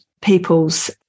people's